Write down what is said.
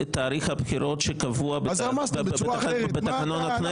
את תאריך הבחירות שקבוע בתקנון הכנסת